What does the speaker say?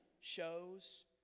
shows